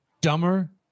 dumber